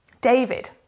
David